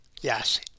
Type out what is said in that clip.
Yes